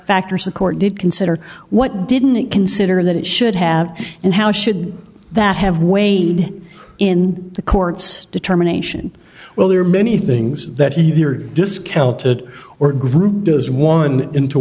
factors the court did consider what didn't consider that it should have and how should that have weighed in the court's determination well there are many things that either discount it or